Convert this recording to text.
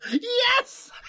Yes